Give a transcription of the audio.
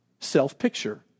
self-picture